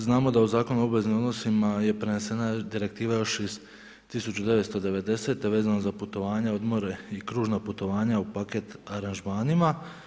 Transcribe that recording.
Znamo da u Zakonu o obveznim odnosima je prenesena direktiva još iz 1990. vezano za putovanja, odmore i kružna putovanja u paket aranžmanima.